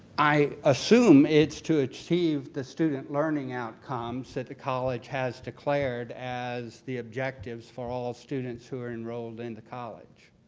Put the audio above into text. i assume it's to achieve the student learning outcomes that the college has declared as the objectives for all students who are enrolled in the college.